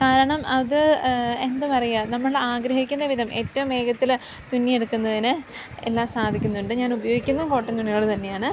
കാരണം അത് എന്താണ് പറയുക നമ്മളാഗ്രഹിക്കുന്ന വിധം എറ്റവും വേഗത്തില് തുന്നിയെടുക്കുന്നതിന് എല്ലാം സാധിക്കുന്നുണ്ട് ഞാനുപയോഗിക്കുന്നത് കോട്ടൻ തുണികള് തന്നെയാണ്